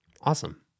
Awesome